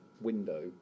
window